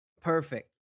Perfect